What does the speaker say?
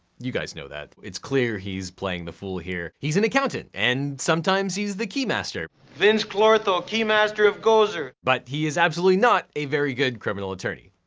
you guys know that. it's clear he's playing the fool here. he's an accountant! and sometimes, he's the key master. vinz clortho, key master of gozer. but he is absolutely not a very good criminal attorney.